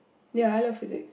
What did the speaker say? ya I love physic